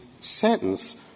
sentence